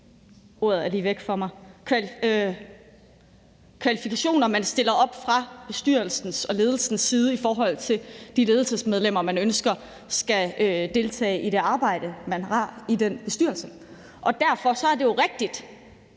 kvalifikationer, man stiller op fra bestyrelsens og ledelsens side i forhold til de ledelsesmedlemmer, man ønsker skal deltage i det arbejde, man har i den bestyrelse. Derfor er det jo rigtigt,